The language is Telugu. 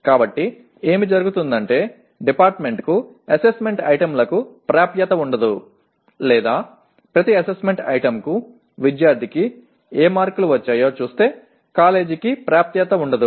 కాబట్టి ఏమి జరుగుతుందంటే డిపార్టుమెంటుకు అసెస్మెంట్ ఐటెమ్లకు ప్రాప్యత ఉండదు లేదా ప్రతి అసెస్మెంట్ ఐటెమ్కు విద్యార్థికి ఏ మార్కులు వచ్చాయో చూస్తే కాలేజీకి ప్రాప్యత ఉండదు